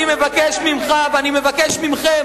אני מבקש ממך ואני מבקש מכם,